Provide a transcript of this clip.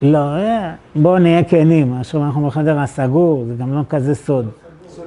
לא, בואו נהיה כנים, מה שאומרים, אנחנו עכשיו בחדר הסגור, זה גם לא כזה סוד.